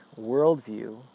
worldview